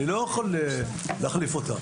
אני לא יכול להחליף אותם.